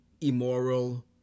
immoral